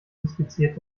inspiziert